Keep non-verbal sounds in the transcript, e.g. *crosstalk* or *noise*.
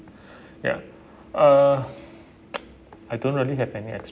*breath* ya uh *noise* I don't really have any ex~